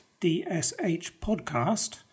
dshpodcast